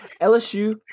LSU